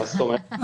מה זאת אומרת?